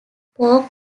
pork